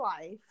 life